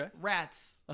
Rats